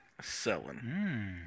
selling